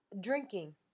drinking